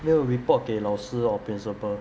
没有 report 给老师 or principal